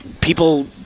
people